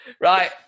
right